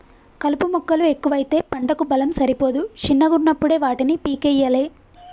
కలుపు మొక్కలు ఎక్కువైతే పంటకు బలం సరిపోదు శిన్నగున్నపుడే వాటిని పీకేయ్యలే